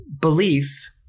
belief